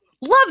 Love